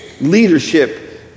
Leadership